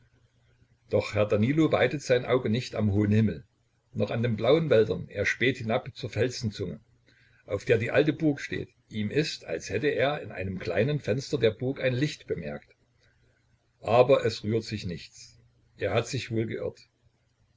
doch herr danilo weidet sein auge nicht am hohen himmel noch an den blauen wäldern er späht hinab zur felsenzunge auf der die alte burg steht ihm ist als hätte er in einem kleinen fenster der burg ein licht bemerkt aber es rührt sich nichts er hat sich wohl geirrt